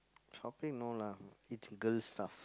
shopping no lah it's girl stuff